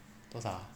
多少啊